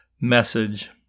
message